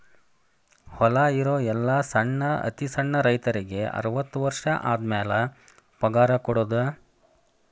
ಹೊಲಾ ಇರು ಎಲ್ಲಾ ಸಣ್ಣ ಅತಿ ಸಣ್ಣ ರೈತರಿಗೆ ಅರ್ವತ್ತು ವರ್ಷ ಆದಮ್ಯಾಲ ಪಗಾರ ಕೊಡುದ